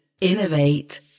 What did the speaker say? Innovate